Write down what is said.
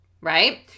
right